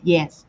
Yes